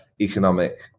economic